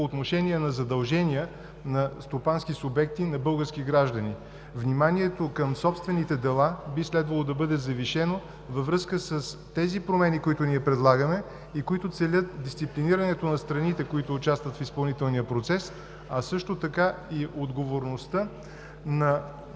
по отношение на задължения на стопански субекти и на български граждани. Вниманието към собствените дела би следвало да бъде завишено във връзка с тези промени, които предлагаме и които целят дисциплинирането на страните, които участват в изпълнителния процес, а и отговорността на